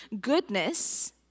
goodness